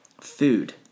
food